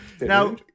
Now